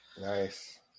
Nice